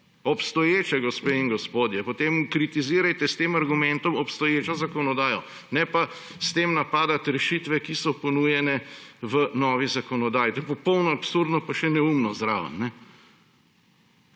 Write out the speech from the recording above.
Obstoječe, gospe in gospodje! Potem kritizirajte s tem argumentom obstoječo zakonodajo, ne pa s tem napadati rešitve, ki so ponujene v novi zakonodaji. To je popolnoma absurdno pa še neumno zraven.